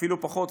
אפילו פחות,